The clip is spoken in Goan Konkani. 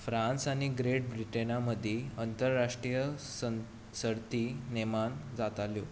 फ्रांस आनी ग्रेट ब्रिटेना मदीं आंतराष्ट्रीय सन् सर्ती नेमान जाताल्यो